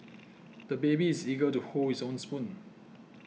the baby is eager to hold his own spoon